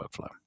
workflow